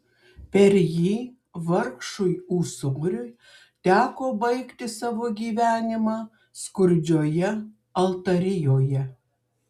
per jį vargšui ūsoriui teko baigti savo gyvenimą skurdžioje altarijoje